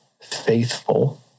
faithful